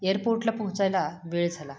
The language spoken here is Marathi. एअरपोर्टला पोहोचायला वेळ झाला